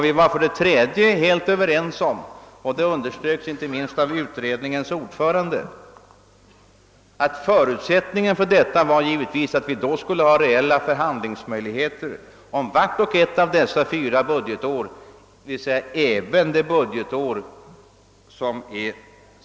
Vi var för det tredje helt överens om — det underströks inte minst av utredningens ordförande — att en förutsättning för detta givetvis var att vi då skulle ha reella förhandlingsmöjligheter om vart och ett av dessa fyra budgetår, d.v.s. även budgetåret 1968/69.